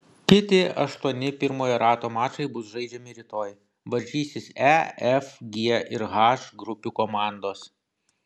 kiti aštuoni pirmojo rato mačai bus žaidžiami rytoj varžysis e f g ir h grupių komandos